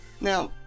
now